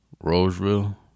Roseville